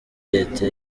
leta